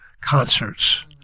concerts